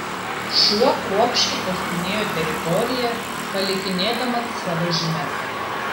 šuo kruopščiai uostinėjo teritoriją palikinėdamas savo žymes